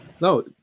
No